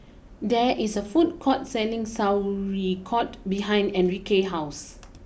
there is a food court selling Sauerkraut behind Enrique house